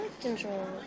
control